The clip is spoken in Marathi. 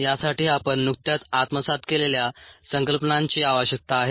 यासाठी आपण नुकत्याच आत्मसात केलेल्या संकल्पनांची आवश्यकता आहे